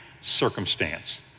circumstance